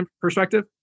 perspective